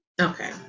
Okay